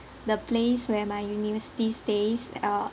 the place where my university days uh